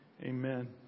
Amen